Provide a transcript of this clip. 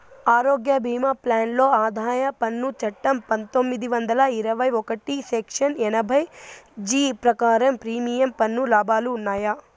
ఆరోగ్య భీమా ప్లాన్ లో ఆదాయ పన్ను చట్టం పందొమ్మిది వందల అరవై ఒకటి సెక్షన్ ఎనభై జీ ప్రకారం ప్రీమియం పన్ను లాభాలు ఉన్నాయా?